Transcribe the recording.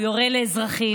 הוא יורה על אזרחים.